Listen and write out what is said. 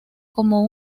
como